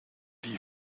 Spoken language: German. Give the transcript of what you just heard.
die